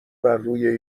برروی